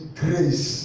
grace